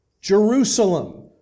Jerusalem